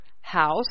house